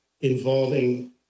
involving